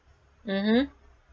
mmhmm